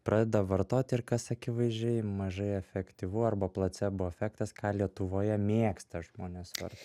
pradeda vartoti ir kas akivaizdžiai mažai efektyvu arba placebo efektas ką lietuvoje mėgsta žmonės varto